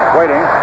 waiting